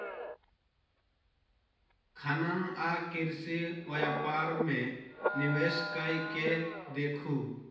खनन आ कृषि व्यापार मे निवेश कय के देखू